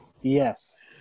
yes